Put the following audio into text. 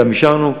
גם אישרנו,